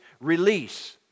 release